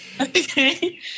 Okay